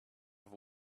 have